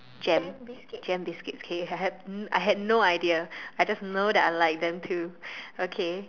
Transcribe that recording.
gem gem biscuits K I had I had no idea I just know that I liked them too okay